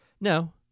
no